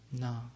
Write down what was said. No